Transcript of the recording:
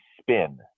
spin